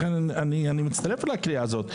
לכן אני מצטרף אל הקריאה הזאת,